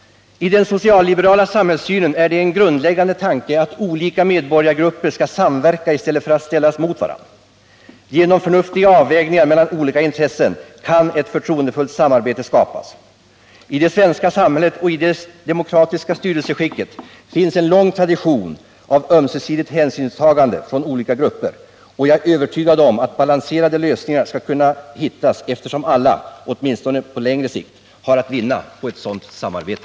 I den socialliberala samhällssynen är det en grundläggande tanke att olika medborgargrupper skall samverka i stället för att motarbeta varandra. Genom förnuftiga avvägningar mellan olika intressen kan ett förtroendefullt samarbete skapas. I det svenska samhället med dess demokratiska styrelseskick finns det en lång tradition av ömsesidigt hänsynstagande från olika gruppers sida. Jag är övertygad om att balanserade lösningar skall kunna finnas eftersom alla, åtminstone på längre sikt, har att vinna på ett sådant samarbete.